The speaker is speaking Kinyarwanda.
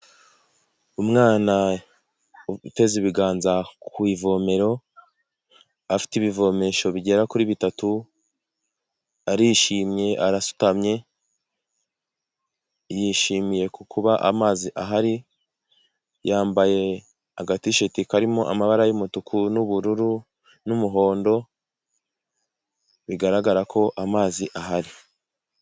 Umwana uteza ibiganza ku ivomero afite ibivomesho bigera kuri bitatu arishimye arasutamye yishimiye kukuba amazi ahari yambaye agatisheti karimo amabara y'umutuku n'ubururu n'umuhondo bigaragara ko amazi ahari.